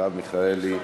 מרב מיכאלי,